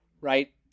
right